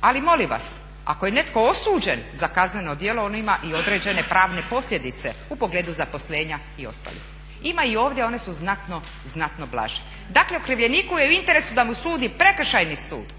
Ali molim vas ako je netko osuđen za kazneno djelo ono ima i određene pravne posljedice u pogledu zaposlenja i ostalih. Ima i ovdje, one su znatno blaže. Dakle, okrivljeniku je u interesu da mu sudi Prekršajni sud